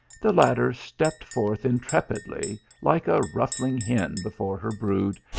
the latter stepped forth intrepidly, like a ruffling hen before her brood,